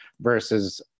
versus